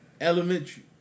elementary